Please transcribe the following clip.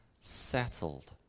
settled